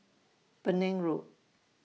Penang Road